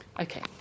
Okay